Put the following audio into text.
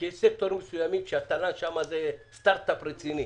כי יש סקטורים מסוימים שהתל"ן שם הוא סטארט-אפ רציני.